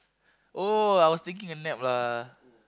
oh I was taking a nap lah